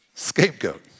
scapegoat